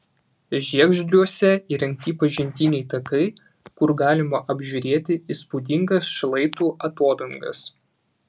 žiegždriuose įrengti pažintiniai takai kur galima apžiūrėti įspūdingas šlaitų atodangas